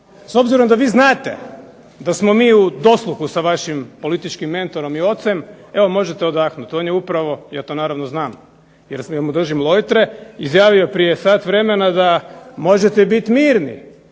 S obzirom da vi znate da smo mi u dosluhu sa vašim političkim mentorom i ocem, evo možete odahnuti, on je upravo i ja to naravno znam, jer mu držim lojtre, izjavio prije sat vremena da možete biti mirni,